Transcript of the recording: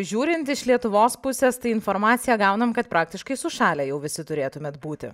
žiūrint iš lietuvos pusės tai informaciją gaunam kad praktiškai sušalę jau visi turėtumėt būti